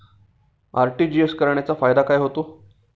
RTGS करण्याचा फायदा काय होतो?